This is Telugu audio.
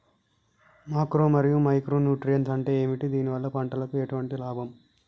మాక్రో మరియు మైక్రో న్యూట్రియన్స్ అంటే ఏమిటి? దీనివల్ల పంటకు ఎటువంటి లాభం?